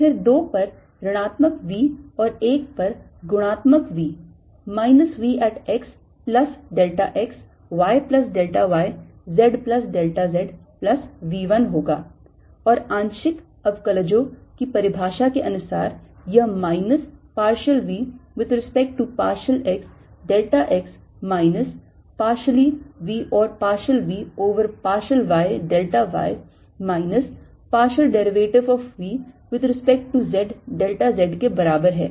फिर 2 पर ऋणात्मक v और 1 पर गुणात्मक v minus v at x plus delta x y plus delta y z plus delta z plus v 1 होगा और आंशिक अवकलजों की परिभाषा के अनुसार यह minus partial v with respect to partial x delta x minus partially v or partial v over partial y delta y minus partial derivative of v with respect to z delta z के बराबर है